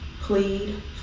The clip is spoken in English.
plead